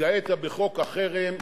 התגאית בחוק החרם.